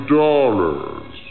dollars